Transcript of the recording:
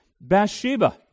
Bathsheba